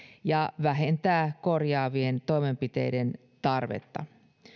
ja vähentää korjaavien toimenpiteiden tarvetta